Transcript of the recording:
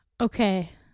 Okay